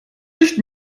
nicht